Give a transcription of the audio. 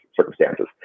circumstances